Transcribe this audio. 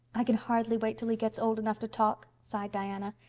i can hardly wait till he gets old enough to talk, sighed diana.